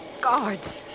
Guards